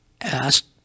asked